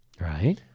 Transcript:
right